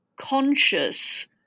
conscious